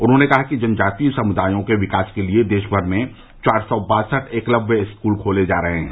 उन्होंने कहा कि जनजातीय समुदायों के विकास के लिए देशभर में चार सौ बासठ एकलव्य स्कूल खोले जा रहे हैं